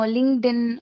LinkedIn